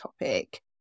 topic